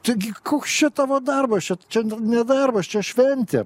taigi koks čia tavo darbas čia čia ne darbas čia šventė